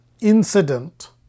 incident